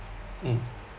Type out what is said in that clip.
mm